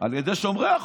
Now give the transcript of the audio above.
על ידי שומרי החוק.